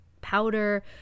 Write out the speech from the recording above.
powder